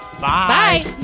Bye